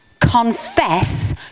confess